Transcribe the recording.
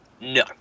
No